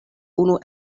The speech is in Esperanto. unu